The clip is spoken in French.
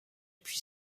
puis